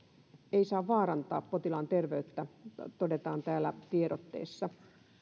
ei saa vaarantaa potilaan terveyttä todetaan täällä tiedotteessa